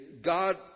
God